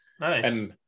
Nice